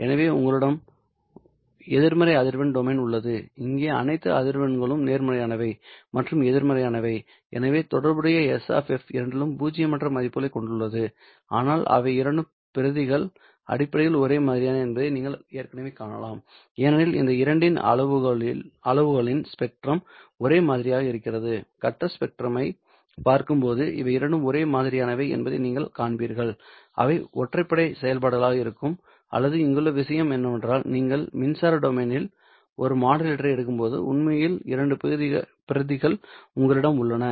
எனவே உங்களிடம் எதிர்மறை அதிர்வெண் டொமைன் உள்ளது இங்கே அனைத்து அதிர்வெண்களும் நேர்மறையானவை மற்றும் எதிர்மறையானவை எனவே தொடர்புடைய S இரண்டிலும் பூஜ்ஜியமற்ற மதிப்புகளைக் கொண்டுள்ளது ஆனால் இந்த இரண்டு பிரதிகள் அடிப்படையில் ஒரே மாதிரியானவை என்பதை நீங்கள் ஏற்கனவே காணலாம் ஏனெனில் இந்த இரண்டின் அளவுகளின் ஸ்பெக்ட்ரம் ஒரே மாதிரியாக இருக்கிறது கட்ட ஸ்பெக்ட்ரமைப் பார்க்கும்போது இவை இரண்டும் ஒரே மாதிரியானவை என்பதை நீங்கள் காண்பீர்கள் அவை ஒற்றைப்படை செயல்பாடுகளாக இருக்கும் எனவே இங்குள்ள விஷயம் என்னவென்றால் நீங்கள் மின்சார டொமைன் இல் ஒரு மாடுலேட்டரை எடுக்கும்போது உண்மையில் இரண்டு பிரதிகள் உங்களிடம் உள்ளன